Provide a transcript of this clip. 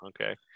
Okay